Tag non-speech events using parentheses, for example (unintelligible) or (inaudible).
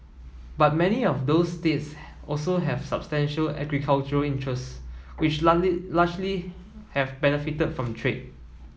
but many of those states (unintelligible) also have substantial agricultural interests which (unintelligible) largely have benefited from trade